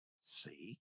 see